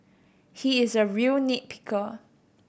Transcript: he is a real nit picker